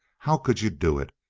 how could you do it?